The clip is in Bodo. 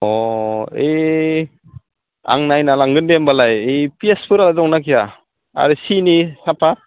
अ ए आं नायना लांगोन दे होनबालाय ओइ पियाजफोरा दंना गैया आरो सिनि सापात